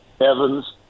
Evans